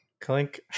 Clink